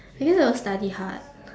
I guess I'll study hard